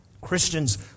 Christians